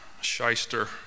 shyster